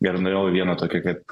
ir nuėjau į vieną tokį kaip